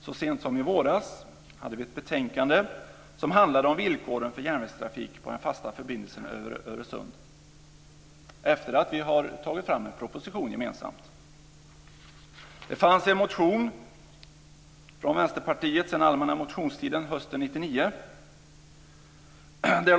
Så sent som i våras hade vi ett betänkande som handlade om villkoren för järnvägstrafik på den fasta förbindelsen över Öresund, efter det att vi tagit fram en proposition gemensamt. Det fanns en motion från Vänsterpartiet sedan allmänna motionstiden hösten 1999.